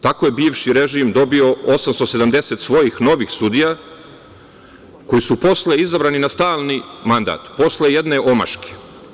Tako je bivši režim dobio 870 svojih novih sudija, koje su posle izabrani na stari mandat posle jedne omaške.